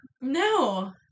No